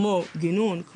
גינון,